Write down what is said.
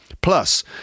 Plus